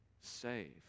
Save